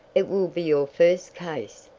it will be your first case.